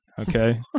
Okay